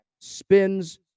Spins